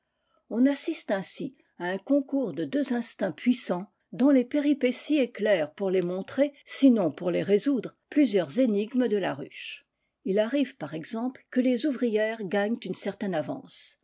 on assiste ainsi à un concours de deux instincts puissants dont les péripi s éclairent pour les montrer sinon pour s résoudre plusieurs énigmes de la ruche il arrive par exemple que les ouvrières gagneat une certaine avance